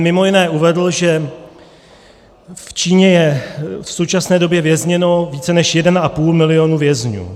mimo jiné uvedl, že v Číně je v současné době vězněno více než jeden a půl milionů vězňů.